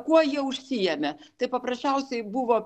kuo jie užsiėmė tai paprasčiausiai buvo